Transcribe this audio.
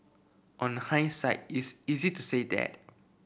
on hindsight it's easy to say that